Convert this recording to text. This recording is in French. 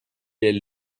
est